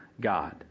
God